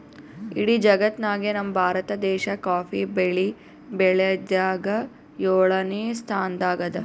ಇಡೀ ಜಗತ್ತ್ನಾಗೆ ನಮ್ ಭಾರತ ದೇಶ್ ಕಾಫಿ ಬೆಳಿ ಬೆಳ್ಯಾದ್ರಾಗ್ ಯೋಳನೆ ಸ್ತಾನದಾಗ್ ಅದಾ